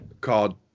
called